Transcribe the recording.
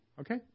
Okay